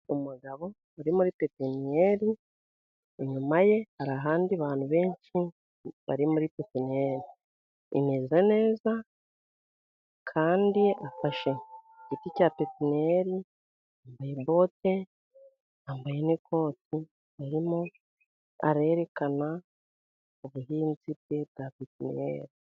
Umugabo uri muri pepiniyeri inyuma ye hari ahandi bantu benshi bari muri pepiniyeri, imeze neza kandi afashe igiti cya pepiniyeri bambaye bote yambaye n'ikoti arimo arerekana ubuhinzi bwe bwa pepiniyeri.